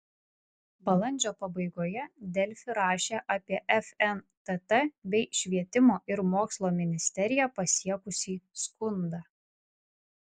balandžio pabaigoje delfi rašė apie fntt bei švietimo ir mokslo ministeriją pasiekusį skundą